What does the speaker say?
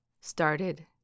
started